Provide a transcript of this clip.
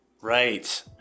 Right